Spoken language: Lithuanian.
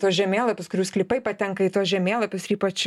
tuos žemėlapius kurių sklypai patenka į tuos žemėlapius ir ypač